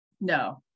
No